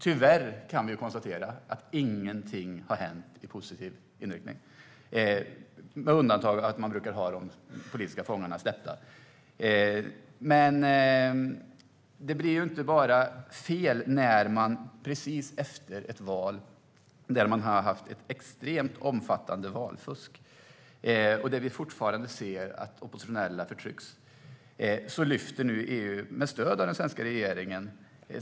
Tyvärr kan vi konstatera att ingenting har hänt i positiv bemärkelse, med undantag för att de politiska fångarna brukar släppas i samband med val. Det blir helt fel när EU precis efter ett val med extremt omfattande valfusk, och när oppositionella fortfarande förtrycks, lyfter sanktionerna. Det sker med stöd av den svenska regeringen.